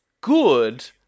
good